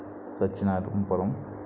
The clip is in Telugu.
సచ్చినాధం పురం